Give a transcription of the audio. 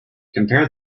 compare